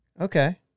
Okay